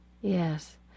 Yes